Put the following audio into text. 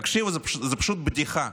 תקשיבו, זה פשוט בדיחה.